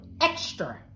extra